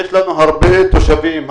יש לנו הרבה תושבים,